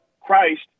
Christ